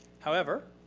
however,